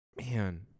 Man